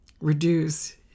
reduce